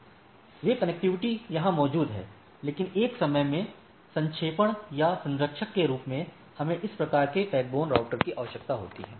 वे connectivity वहां मौजूद हैं लेकिन एक समग्र रूप से संक्षेपण या संरक्षक के रूप में हमें इस प्रकार की बैकबोन राउटर की आवश्यकता होती है